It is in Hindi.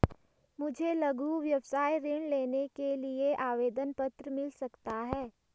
मुझे लघु व्यवसाय ऋण लेने के लिए आवेदन पत्र मिल सकता है?